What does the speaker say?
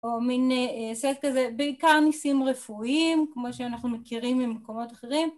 או מין סט כזה, בעיקר ניסים רפואיים, כמו שאנחנו מכירים ממקומות אחרים.